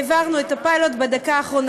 העברנו את הפיילוט בדקה האחרונה.